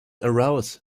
arouse